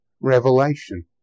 Revelation